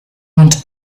want